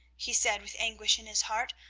he said with anguish in his heart,